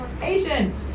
patience